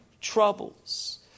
troubles